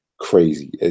crazy